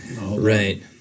Right